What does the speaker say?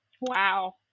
Wow